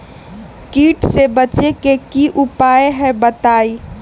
कीट से बचे के की उपाय हैं बताई?